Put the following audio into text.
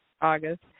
August